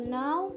now